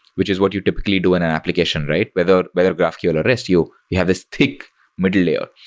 which is what you typically do in an application, right? whether whether graphql or rest, you have this tick middle layer.